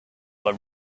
were